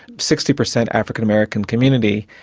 sixty per cent african american community,